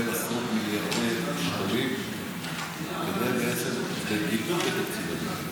עשרות מיליארדי שקלים --- בתקציב הזה.